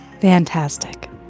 fantastic